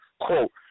Quote